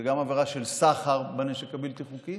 זאת גם עבירה של סחר בנשק הבלתי-חוקי